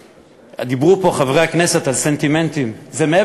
דיברו פה חברי הכנסת על סנטימנטים.